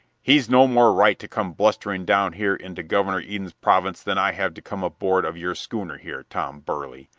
he's no more right to come blustering down here into governor eden's province than i have to come aboard of your schooner here, tom burley,